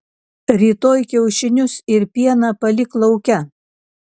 rytoj kiaušinius ir pieną palik lauke